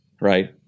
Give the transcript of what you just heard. right